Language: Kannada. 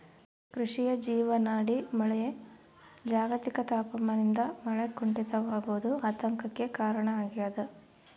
ಕೃಷಿಯ ಜೀವನಾಡಿ ಮಳೆ ಜಾಗತಿಕ ತಾಪಮಾನದಿಂದ ಮಳೆ ಕುಂಠಿತವಾಗೋದು ಆತಂಕಕ್ಕೆ ಕಾರಣ ಆಗ್ಯದ